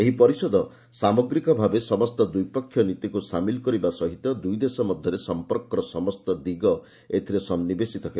ଏହି ପରିଷଦ ସାମଗ୍ରିକଭାବେ ସମସ୍ତ ଦ୍ୱିପକ୍ଷୀୟ ନୀତିକୁ ସାମିଲ କରିବା ସହିତ ଦୁଇଦେଶ ମଧ୍ୟରେ ସଂପର୍କର ସମସ୍ତ ଦିଗ ଏଥିରେ ସନ୍ନିବେଶିତ ହେବ